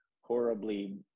horribly